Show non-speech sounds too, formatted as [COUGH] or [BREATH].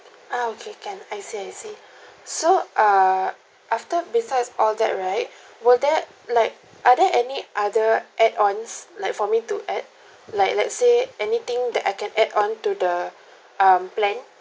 ah okay can I see I see [BREATH] so err after besides all that right will there like are there any other add ons like for me to add like let's say anything that I can add on to the um plan